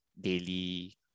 daily